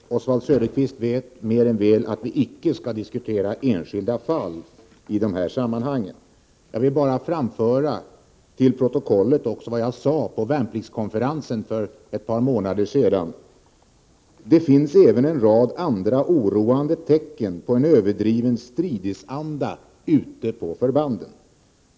Herr talman! Oswald Söderqvist vet mer än väl att vi icke skall diskutera enskilda fall i sådana här sammanhang. Jag vill bara föra till protokollet vad jag sade på värnpliktskonferensen för ett par månader sedan: ”Det finns även en rad andra oroande tecken på en överdriven ”stridisanda” ute på förbanden.